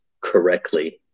correctly